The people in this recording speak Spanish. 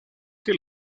que